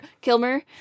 Kilmer